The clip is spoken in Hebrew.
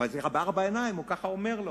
ואז בארבע עיניים הוא ככה אומר לו: